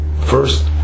first